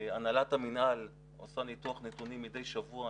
הנהלת המינהל עושה ניתוח נתונים מדי שבוע,